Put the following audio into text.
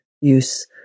use